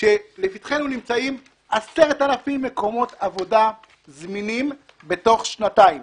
לפתחנו נמצאים 10,000 מקומות עבודה זמינים בתוך שנתיים